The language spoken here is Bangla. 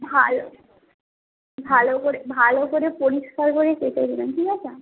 ভালো ভালো করে ভালো করে পরিষ্কার করে কেটে দেবেন ঠিক আছে